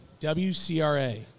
WCRA